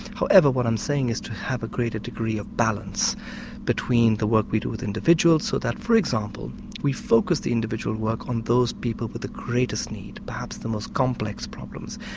however, what i'm saying is to have a greater degree of balance between the work we do with individuals, so that for example we focus the individual work on maybe those people with the greatest need, perhaps the most complex problems.